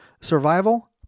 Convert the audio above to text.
Survival